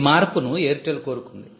ఈ మార్పును AIRTEL కోరుకుంది